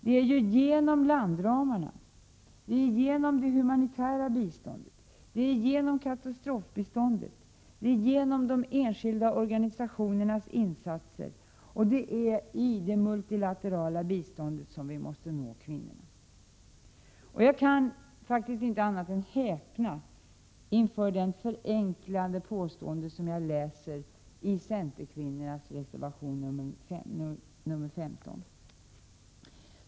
Det är genom landramarna, genom det humanitära biståndet, genom katastrofbistånd, genom de enskilda organisationernas insatser och i det multilaterala biståndet som vi måste nå kvinnorna. Jag kan faktiskt inte annat än häpna inför det förenklande påstående som jag läser i centerkvinnornas reservation nr 15.